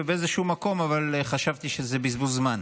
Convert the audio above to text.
אבל באיזשהו מקום חשבתי שזה בזבוז זמן.